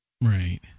Right